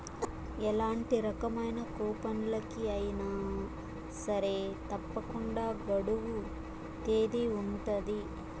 ఎలాంటి రకమైన కూపన్లకి అయినా సరే తప్పకుండా గడువు తేదీ ఉంటది